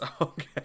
Okay